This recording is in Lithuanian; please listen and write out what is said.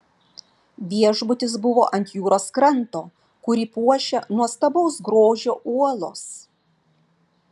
viešbutis buvo ant jūros kranto kurį puošia nuostabaus grožio uolos